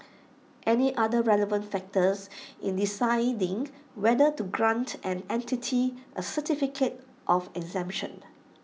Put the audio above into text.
any other relevant factors in deciding whether to grant an entity A certificate of exemption